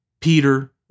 Peter